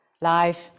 life